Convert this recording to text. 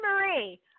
Marie